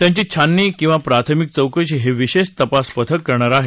त्यांची छाननी किंवा प्राथमिक चौकशी हे विशेष तपास पथक करणार आहे